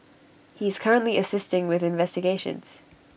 he is currently assisting with investigations